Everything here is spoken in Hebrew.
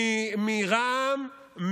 מרע"מ,